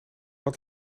wat